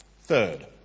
Third